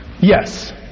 Yes